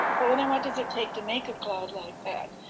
well then what does it take to make a cloud like that?